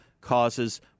causes